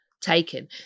taken